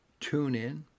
TuneIn